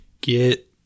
get –